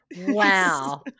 Wow